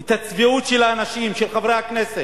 את הצביעות של האנשים, של חברי הכנסת,